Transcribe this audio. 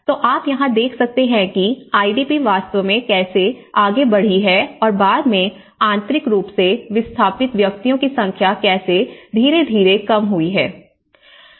तो आप यहां देख सकते हैं कि आईडीपी वास्तव में कैसे आगे बढ़ी है और बाद में आंतरिक रूप से विस्थापित व्यक्तियों की संख्या कैसे धीरे धीरे कम हुई है